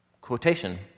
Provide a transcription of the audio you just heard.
quotation